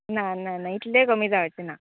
ना ना ना इतलें कमी जावचें ना